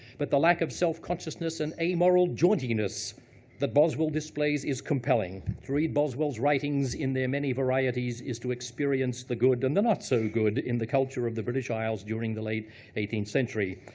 but the lack of self-consciousness and amoral jauntiness that boswell displays, is compelling. to read boswell's writings in their many varieties is to experience the good, and the not so good, in the culture of the british isles during the late eighteenth century.